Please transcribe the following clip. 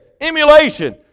Emulation